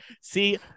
See